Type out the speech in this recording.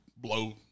blow